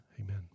amen